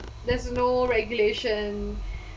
there's no regulation